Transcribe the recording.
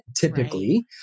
typically